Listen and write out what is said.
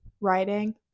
writing